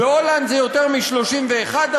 בהולנד זה יותר מ-31%,